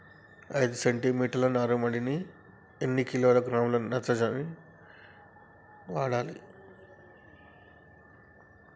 ఐదు సెంటిమీటర్ల నారుమడికి ఎన్ని కిలోగ్రాముల నత్రజని వాడాలి?